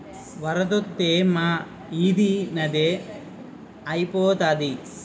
వరదొత్తే మా ఈది నదే ఐపోతాది